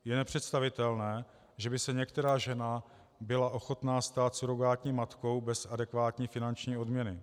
Je nepředstavitelné, že by se některá žena byla ochotná stát surogátní matkou bez adekvátní finanční odměny.